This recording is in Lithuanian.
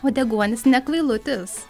o deguonis nekvailutis